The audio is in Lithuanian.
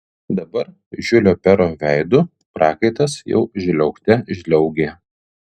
dabar žiulio pero veidu prakaitas jau žliaugte žliaugė